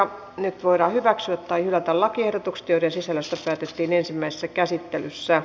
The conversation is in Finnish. nyt voidaan hyväksyä tai hylätä lakiehdotukset joiden sisällöstä päätettiin ensimmäisessä käsittelyssä